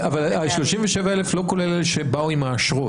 אבל ה-37,000 זה לא כולל אלה שבאו עם האשרות.